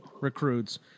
recruits